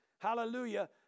Hallelujah